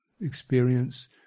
experience